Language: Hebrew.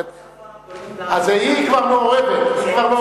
אז היא כבר מעורבת.